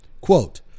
Quote